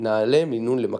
נעלה מינון למקס'